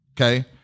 okay